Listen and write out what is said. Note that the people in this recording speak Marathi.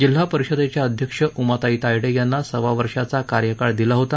जिल्हा परिषदेच्या अध्यक्ष उमाताई तायडे यांना सव्वा वर्षाचा कार्यकाल दिला होता